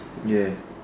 ya